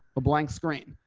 a blank screen.